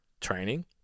training